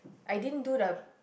I didn't do the